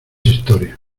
historia